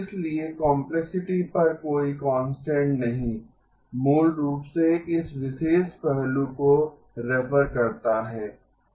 इसलिए कॉम्पलेक्सिटी पर कोई कांस्टेंट नहीं मूल रूप से इस विशेष पहलू को रेफेर करता है